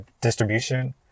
distribution